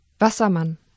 Wassermann